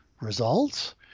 results